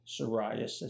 psoriasis